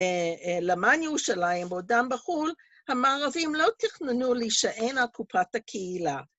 למען ירושלים ועודם בחו"ל, המערבים לא תכננו להישען על קופת הקהילה.